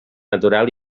natural